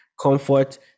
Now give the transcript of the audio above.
comfort